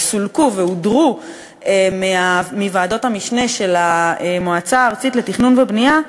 וסולקו והודרו מוועדות המשנה של המועצה הארצית לתכנון ובנייה,